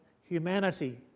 humanity